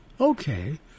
Okay